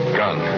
gun